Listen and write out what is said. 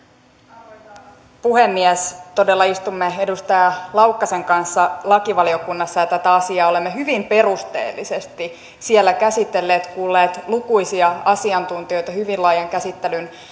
arvoisa puhemies todella istumme edustaja laukkasen kanssa lakivaliokunnassa ja tätä asiaa olemme hyvin perusteellisesti siellä käsitelleet kuulleet lukuisia asiantuntijoita hyvin laajan käsittelyn käyneet